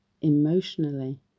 emotionally